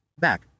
back